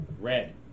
Red